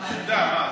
שדאג,